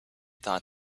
thought